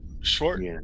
short